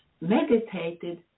meditated